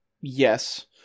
yes